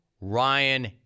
Ryan